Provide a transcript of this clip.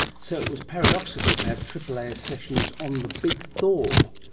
so it was paradoxical to have aaas sessions on the big thaw.